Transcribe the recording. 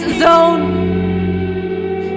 zone